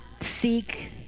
seek